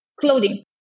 clothing